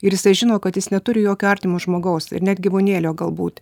ir jisai žino kad jis neturi jokio artimo žmogaus ir net gyvūnėlio galbūt